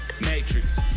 matrix